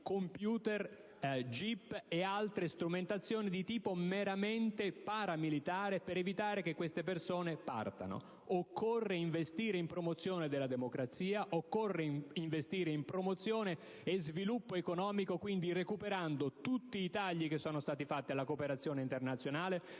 *computer*, jeep e altre strumentazioni di tipo meramente paramilitare, per evitare che queste persone partano. Occorre investire in promozione della democrazia, in promozione e sviluppo economico, quindi recuperando tutti i tagli fatti alla cooperazione internazionale,